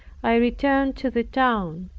i returned to the town.